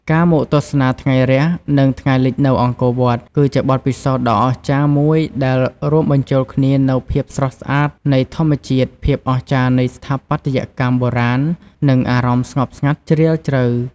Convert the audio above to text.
ការមកទស្សនាថ្ងៃរះ និងថ្ងៃលិចនៅអង្គរវត្ត គឺជាបទពិសោធន៍ដ៏អស្ចារ្យមួយដែលរួមបញ្ចូលគ្នានូវភាពស្រស់ស្អាតនៃធម្មជាតិ ភាពអស្ចារ្យនៃស្ថាបត្យកម្មបុរាណ និងអារម្មណ៍ស្ងប់ស្ងាត់ជ្រាលជ្រៅ។